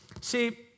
See